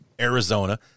arizona